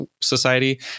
society